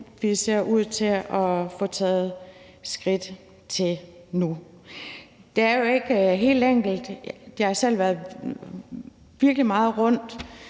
vi ser ud til at få taget skridt til nu. Det er jo ikke helt enkelt. Jeg har selv været virkelig meget rundt